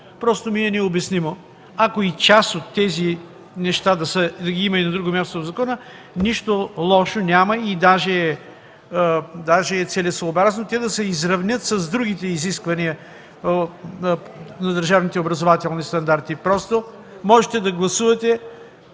Просто ми е необяснимо. Ако част от тези неща ги има и на друго място в закона, нищо лошо няма, даже е целесъобразно те да се изравнят с другите изисквания на държавните образователни стандарти. Можете да гласувате,